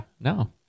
No